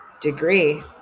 degree